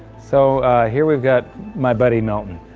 so here we've got my buddy milton.